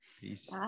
Peace